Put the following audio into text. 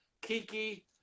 Kiki